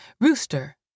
Rooster